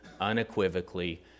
unequivocally